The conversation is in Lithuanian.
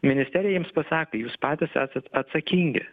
ministerija jiems pasakė jūs patys esat atsakingi